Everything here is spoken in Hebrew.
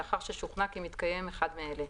לאחר ששוכנע כי מתקיים אחד מאלה: